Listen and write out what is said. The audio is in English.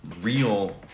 real